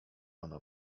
ona